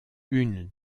une